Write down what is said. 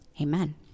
Amen